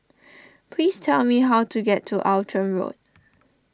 please tell me how to get to Outram Road